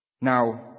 Now